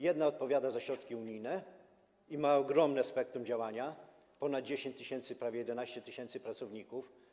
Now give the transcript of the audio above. Jedna odpowiada za środki unijne i ma ogromne spektrum działania: ponad 10 tys., prawie 11 tys. pracowników.